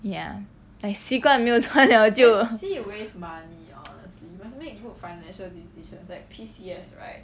ya I 习惯没有穿了就